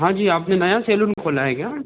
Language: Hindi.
हाँ जी अपने नया सैलून खोला है क्या